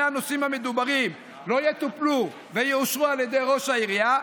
הנושאים המדוברים לא יטופלו ויאושרו על ידי ראש העירייה,